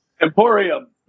Emporium